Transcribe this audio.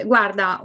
Guarda